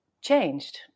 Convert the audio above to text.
changed